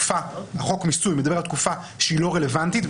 חוק מיסוי מדבר על תקופה שהיא לא רלוונטית,